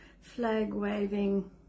flag-waving